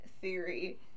theory